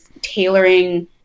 tailoring